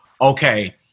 okay